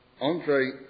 Andre